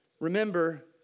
Remember